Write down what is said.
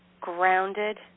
grounded